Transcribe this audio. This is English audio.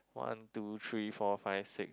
one two three four five six